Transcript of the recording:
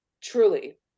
truly